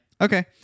Okay